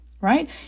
right